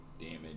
damage